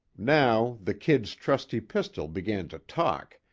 now the kid's trusty pistol began to talk,